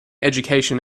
education